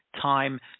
time